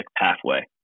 pathway